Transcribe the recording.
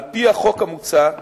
על-פי החוק המוצע,